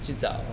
去找